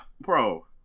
bro